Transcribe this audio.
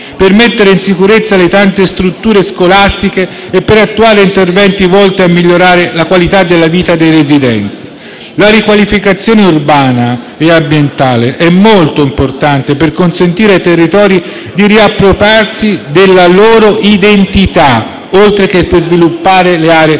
per mettere in sicurezza le tante strutture scolastiche e per attuare interventi volti a migliorare la qualità della vita dei residenti. La riqualificazione urbana e ambientale è molto importante per consentire ai territori di riappropriarsi delle loro identità, oltre che per sviluppare le aree turistiche.